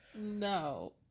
No